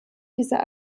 dieser